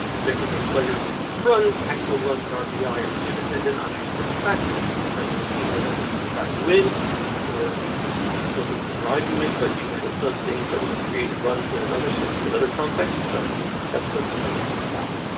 objective of players to produce runs, actual runs and rbi are too dependent on external factors. you could be playing on a team where nobody can drive you in or nobody can drive you in, but you might have done things that would have created runs in another another context. so that's what this is about.